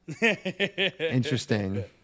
Interesting